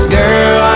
girl